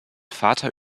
vater